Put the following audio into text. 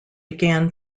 began